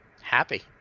happy